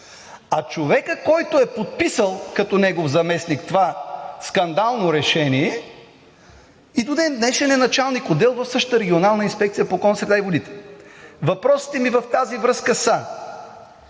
а човекът, който е подписал като негов заместник това скандално решение, и до ден днешен е началник отдел в същата Регионална инспекция по околна среда и водите. Въпросите ми в тази връзка са: